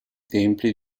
templi